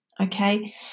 okay